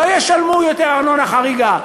לא ישלמו יותר ארנונה חריגה.